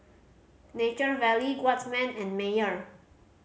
Nature Valley Guardsman and Mayer